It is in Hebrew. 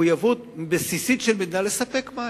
מחויבות בסיסית של מדינה, לספק מים.